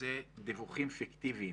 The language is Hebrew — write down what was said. שזה דיווחים פיקטיביים,